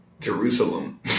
Jerusalem